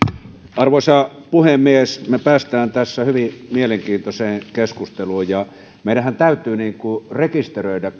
arvoisa puhemies me pääsemme tässä hyvin mielenkiintoiseen keskusteluun meidän kansanedustajienhan täytyy rekisteröidä